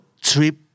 trip